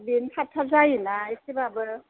बेनो थाब थाब जायो ना एसेब्लाबो